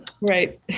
right